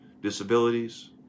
disabilities